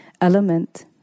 element